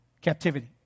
captivity